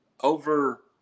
over